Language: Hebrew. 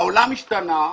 העולם השתנה,